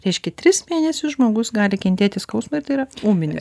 reiškia tris mėnesius žmogus gali kentėti skausmą ir tai yra ūminis